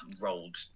rolled